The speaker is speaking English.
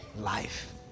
life